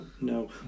no